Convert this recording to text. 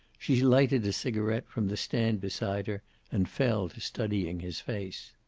she lighted a cigaret from the stand beside her and fell to studying his face.